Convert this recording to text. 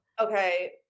okay